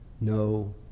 no